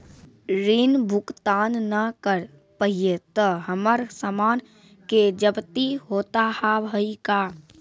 ऋण भुगतान ना करऽ पहिए तह हमर समान के जब्ती होता हाव हई का?